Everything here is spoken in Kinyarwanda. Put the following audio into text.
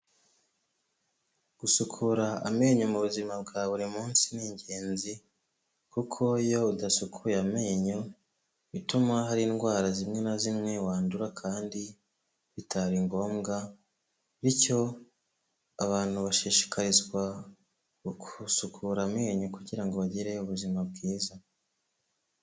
Gusukura amenyo muzima bwa buri munsi ni ingenzi, kuko iyo udasukuye amenyo bituma hari indwara zimwe na zimwe wandura kandi bitari ngombwa, bityo abantu bashishikarizwa kugusukura amenyo kugirango bagire ubuzima bwiza.